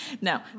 No